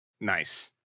nice